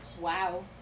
Wow